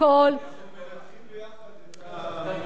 אנחנו מנסחים יחד את התגובה.